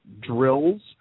drills